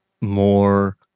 more